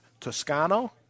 Toscano